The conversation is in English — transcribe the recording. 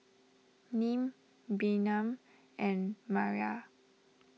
Nim Bynum and Maria